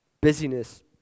busyness